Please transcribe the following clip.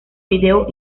vídeo